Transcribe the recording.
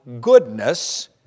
goodness